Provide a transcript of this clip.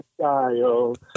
style